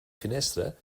finestra